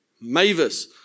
Mavis